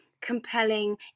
compelling